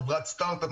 חברת סטארטאפ,